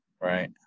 Right